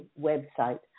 website